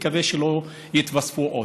מקווה שלא יתווספו עוד.